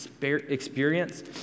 experience